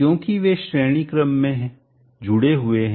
क्योंकि वे श्रेणी क्रम में में जुड़े हुए हैं